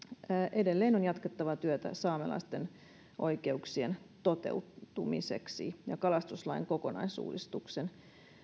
edelleen on jatkettava työtä saamelaisten oikeuksien toteutumiseksi ja kalastauslain kokonaisuudistuksen